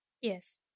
Yes